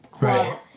Right